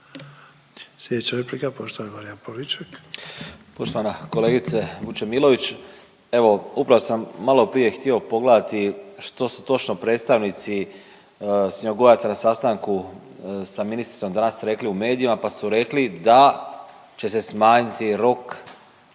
Marijan (Hrvatski suverenisti)** Poštovana kolegice Vučemilović, evo upravo sam malo prije htio pogledati što točno predstavnici svinjogojaca na sastanku sa ministricom danas ste rekli u medijima, pa su rekli da će se smanjiti rok